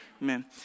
Amen